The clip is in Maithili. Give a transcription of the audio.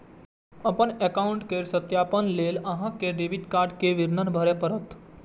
अपन एकाउंट केर सत्यापन लेल अहां कें डेबिट कार्ड के विवरण भरय पड़त